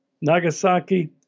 Nagasaki